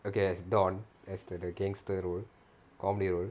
okay as don as as the gangster role all male